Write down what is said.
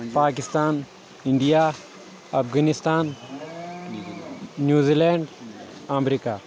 Pakistan India Afghanistan New Zealand America